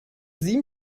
sieben